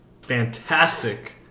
Fantastic